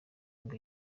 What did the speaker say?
ngo